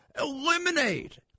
eliminate